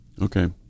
Okay